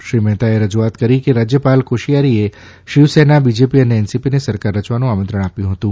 શ્રી મહેતાએ રજૂઆત કરી કે રાજ્યપાલ કોશિયારીએ શિવસેના બીજેપી અને એનસીપીને સરકાર રચવાનું આમંત્રણ આપ્યું હતું